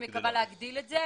אני מקווה להגדיל את המספר.